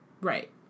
Right